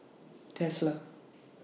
Tesla